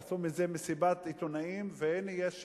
עשו מזה מסיבת עיתונאים, הנה יש שינוי,